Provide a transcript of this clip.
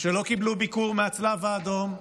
שלא קיבלו ביקור מהצלב האדום.